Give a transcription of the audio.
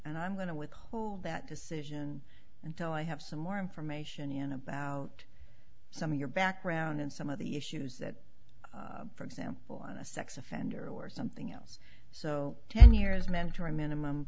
and i'm going to withhold that decision until i have some more information about some of your background and some of the issues that for example on a sex offender or something else so ten years mandatory minimum